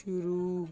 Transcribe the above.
ਸ਼ੁਰੂ